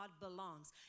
belongs